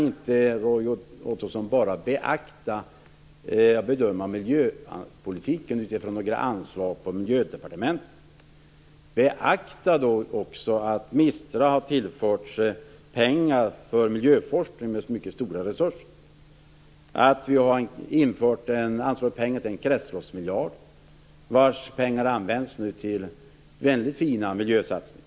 Roy Ottosson, man kan inte bedöma miljöpolitiken enbart utifrån anslag på Miljödepartementets område. Beakta också att MISTRA har tillförts mycket stora resurser för miljöforskning. Vidare har vi anslagit pengar, kretsloppsmiljarden, som nu används till väldigt fina miljösatsningar.